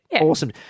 awesome